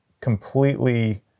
completely